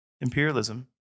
Imperialism